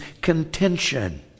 contention